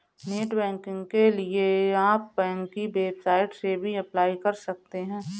net banking के लिए आप बैंक की वेबसाइट से भी अप्लाई कर सकते है